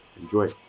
enjoy